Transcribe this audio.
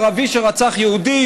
ערבי שרצח יהודי,